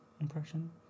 impression